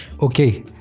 Okay